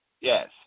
Yes